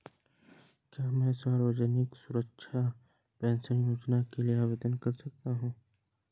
क्या मैं सामाजिक सुरक्षा पेंशन योजना के लिए आवेदन कर सकता हूँ?